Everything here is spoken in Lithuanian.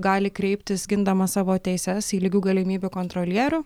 gali kreiptis gindamas savo teises į lygių galimybių kontrolierių